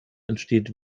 entsteht